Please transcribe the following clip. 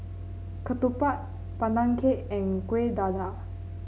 ketupat Pandan Cake and Kueh Dadar